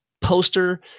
poster